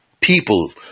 people